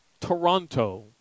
Toronto